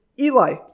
Eli